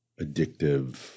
addictive